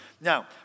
Now